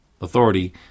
authority